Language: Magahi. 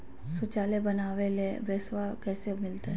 शौचालय बनावे ले पैसबा कैसे मिलते?